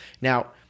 Now